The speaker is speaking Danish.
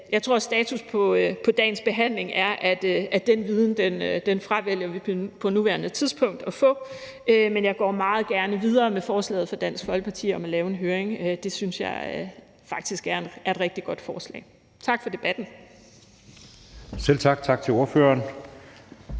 Jeg tror, at status på dagens behandling er, at den viden fravælger vi på nuværende tidspunkt at få, men jeg går meget gerne videre med forslaget fra Dansk Folkeparti om at lave en høring. Det synes jeg faktisk er et rigtig godt forslag. Tak for debatten. Kl. 17:22 Anden